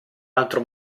altro